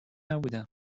نبودم